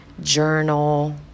journal